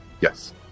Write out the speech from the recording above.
Yes